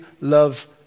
love